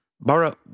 Bara